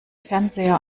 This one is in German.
fernseher